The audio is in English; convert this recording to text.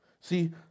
See